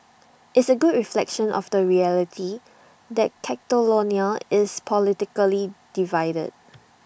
it's A good reflection of the reality that Catalonia is politically divided